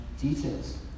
details